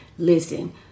Listen